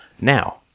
now